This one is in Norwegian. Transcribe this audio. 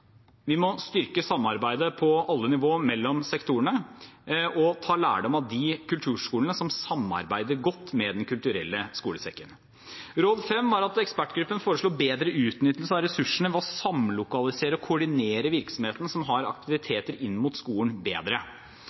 Vi må styrke samarbeidet på alle nivå mellom sektorene og ta lærdom av de kulturskolene som samarbeider godt med Den kulturelle skolesekken. Råd 5 går ut på at ekspertgruppen foreslår bedre utnyttelse av ressursene ved å samlokalisere og koordinere virksomheten som har aktiviteter inn mot skolen bedre.